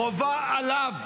חובה עליו,